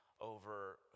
over